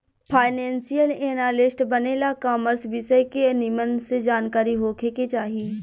financial analyst बने ला commerce विषय के निमन से जानकारी होखे के चाही